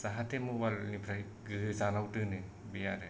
जाहाथे मबाइल निफ्राय गोजानाव दोनो बे आरो